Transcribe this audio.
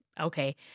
okay